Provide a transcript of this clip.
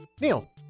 Neil